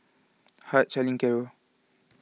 Hart Charlene Caro